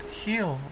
heal